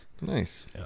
Nice